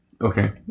Okay